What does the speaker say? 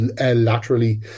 laterally